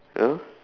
ya lor